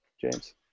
James